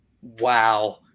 wow